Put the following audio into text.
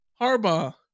Harbaugh